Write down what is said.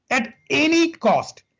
at any cost,